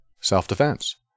self-defense